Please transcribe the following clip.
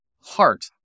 heart